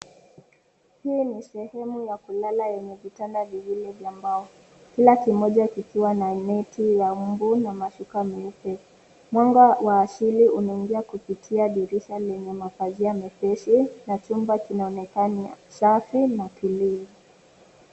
Hii ni sehemu ya kulala enye vitanda viwili vya mbao. Kila kimoja kikiwa na neti ya mbu na mashuka meupe. Mwanga wa asili unaingia kupitia dirisha lenye mapazia mepesi na cumba kinaonekana safi na tulivu.